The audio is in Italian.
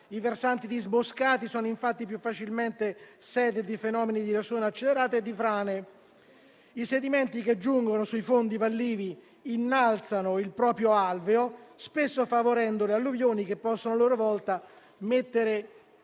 I versanti disboscati sono infatti più facilmente sede di fenomeni di erosione accelerata e di frane. I sedimenti che giungono sui fondi vallivi innalzano il proprio alveo, spesso favorendo le alluvioni che possono a loro volta mettere